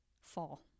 fall